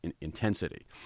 intensity